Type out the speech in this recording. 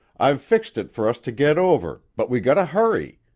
i've fixed it for us to get over, but we gotta hurry.